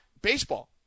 baseball